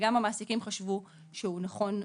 וגם המעסיקים חשבו שהוא נכון,